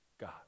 God